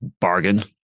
Bargain